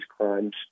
crimes